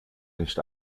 nicht